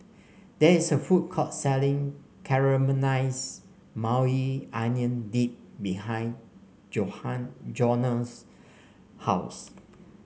there is a food court selling Caramelize Maui Onion Dip behind Johnna's house